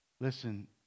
Listen